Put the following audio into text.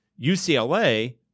UCLA